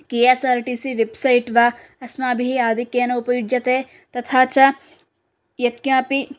के S R T C website वा अस्माभिः आधिक्येन उपयुज्यते तथा च यत्किमपि